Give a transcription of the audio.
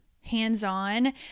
hands-on